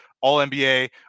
All-NBA